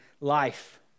life